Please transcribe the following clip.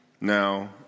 now